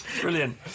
Brilliant